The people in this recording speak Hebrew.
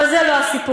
אבל זה לא הסיפור.